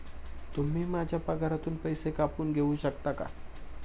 तुम्ही माझ्या पगारातून पैसे कापून घेऊ शकता का?